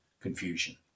confusion